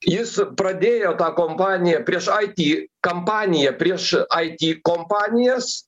jis pradėjo tą kompaniją prieš it kampaniją prieš it kompanijas